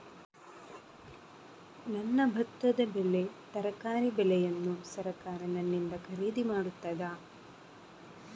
ನನ್ನ ಭತ್ತದ ಬೆಳೆ, ತರಕಾರಿ ಬೆಳೆಯನ್ನು ಸರಕಾರ ನನ್ನಿಂದ ಖರೀದಿ ಮಾಡುತ್ತದಾ?